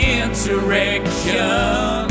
insurrection